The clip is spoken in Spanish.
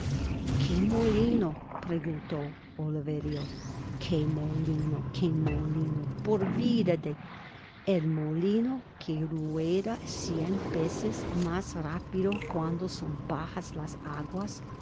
qué molino preguntó oliverio vnpnh que molino que molino por vida de el molino que rueda cien veces mas rápido cuando son bajas las aguas